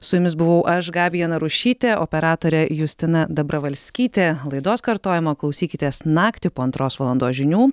su jumis buvau aš gabija narušytė operatorė justina dabravalskytė laidos kartojimo klausykitės naktį po antros valandos žinių